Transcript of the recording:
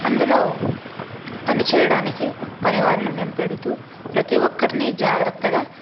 అందులో పని చేయడానికి పని వారిని మేము పెడుతు ప్రతి ఒక్కరిని జాగ్రత్తగా